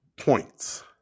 points